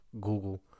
Google